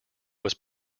was